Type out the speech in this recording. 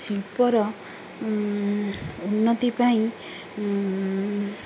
ଶିଳ୍ପର ଉନ୍ନତି ପାଇଁ